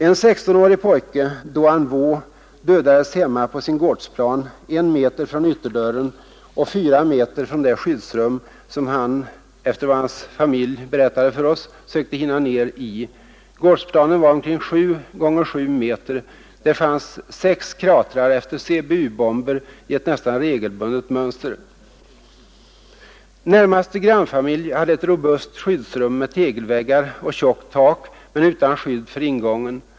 En sextonårig pojke, Doan Vo, dödades hemma på sin gårdsplan, en meter framför ytterdörren och fyra meter från det skyddsrum som han, enligt vad hans familj berättade för oss, sökte hinna ner i. Gårdsplanen var omkring sju gånger sju meter. Där fanns sex kratrar efter CBU bomber i ett nästan regelbundet mönster. Närmaste grannfamilj hade ett robust skyddsrum med tegelväggar och tjockt tak, men utan skydd för ingången.